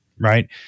right